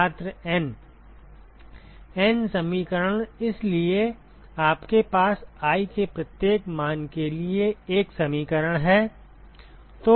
छात्र N N समीकरण इसलिए आपके पास i के प्रत्येक मान के लिए 1 समीकरण है